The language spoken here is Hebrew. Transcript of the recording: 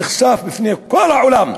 נחשף בפני כל העולם,